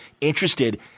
interested